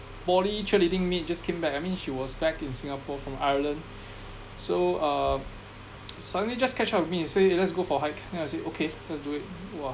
poly cheerleading mate just came back I mean she was back in Singapore from Ireland so uh suddenly just catch up with me say let's go for a hike I say okay let's do it !wah!